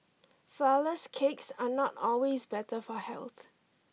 flourless cakes are not always better for health